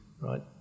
right